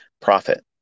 profit